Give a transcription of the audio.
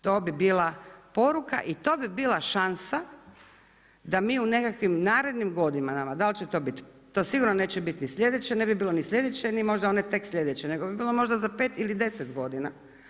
To bi bila poruka i to bi bila šansa da mi u nekakvim narednim godinama, da li će to biti, to sigurno neće biti ni sljedeće, ne bi bilo ni sljedeće ni možda one tek sljedeće, nego bi bilo možda za pet ili deset godina.